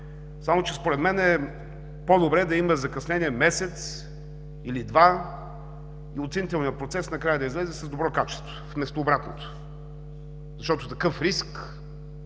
Само че, според мен е по-добре да има закъснение, месец или два, но оценителният процес накрая да излезе с добро качество, вместо обратното, защото такъв риск